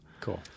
Cool